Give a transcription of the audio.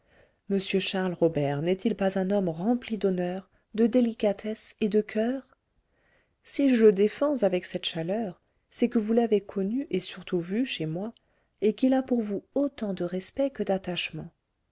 m charles robert n'est-il pas un homme rempli d'honneur de délicatesse et de coeur si je le défends avec cette chaleur c'est que vous l'avez connu et surtout vu chez moi et qu'il a pour vous autant de respect que d'attachement